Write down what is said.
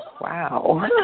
wow